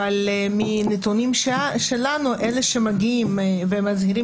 אבל מנתונים שלנו אלה שמגיעים ומצהירים